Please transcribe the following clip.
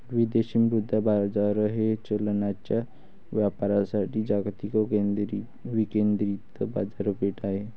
विदेशी मुद्रा बाजार हे चलनांच्या व्यापारासाठी जागतिक विकेंद्रित बाजारपेठ आहे